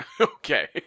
Okay